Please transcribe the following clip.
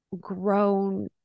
grown